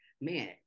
man